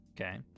Okay